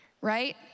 right